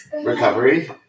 recovery